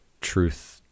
truth